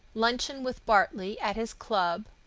luncheon with bartley at his club,